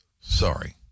Sorry